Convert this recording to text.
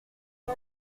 est